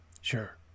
sure